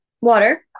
water